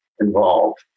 involved